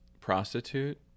prostitute